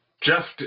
Jeff